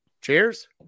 Cheers